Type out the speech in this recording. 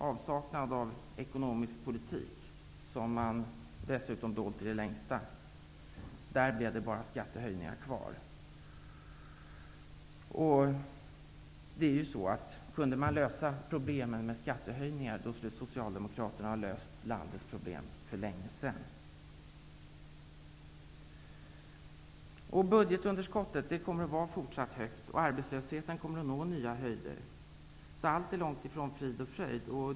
Av Socialdemokraternas ekonomiska politik, som man har dolt i det längsta, blev det som sagt bara skattehöjningar kvar. Om problemen kunde lösas med skattehöjningar skulle Socialdemokraterna ha löst landets problem för länge sedan. Budgetunderskottet kommer att vara fortsatt högt, och arbetslösheten kommer att nå nya höjder. Så allt är långt ifrån frid och fröjd.